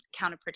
counterproductive